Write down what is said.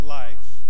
life